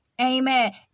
Amen